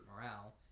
morale